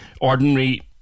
ordinary